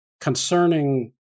concerning